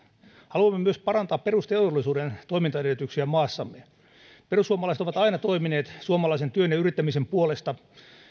haluamme myös parantaa perusteollisuuden toimintaedellytyksiä maassamme perussuomalaiset ovat aina toimineet suomalaisen työn ja yrittämisen puolesta